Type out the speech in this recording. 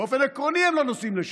באופן עקרוני הם לא נוסעים לשם,